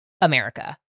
America